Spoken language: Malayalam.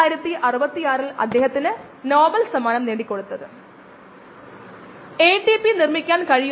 ഡൈ എക്സ്ക്ലൂഷൻ എന്നതിനർത്ഥം അല്ലെങ്കിൽ ദൃശ്യവൽക്കരിക്കാവുന്ന ചില ചായങ്ങളെ ജീവനുള്ള കോശങ്ങൾ ഒഴിവാക്കുന്നു എന്ന തത്വത്തെ അടിസ്ഥാനമാക്കിയുള്ളതാണ്